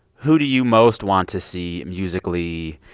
who do you most want to see, musically,